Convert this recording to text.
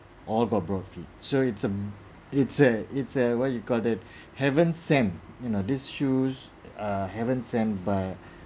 all got broad feet so it's a it's a it's a what you call that heaven sent these shoes err heaven sent by